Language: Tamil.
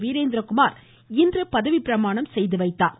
வீரேந்திரகுமார் இன்று பதவி பிரமாணம் செய்துவைத்தார்